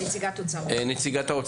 נציגת האוצר בזום?